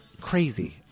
crazy